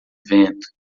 vento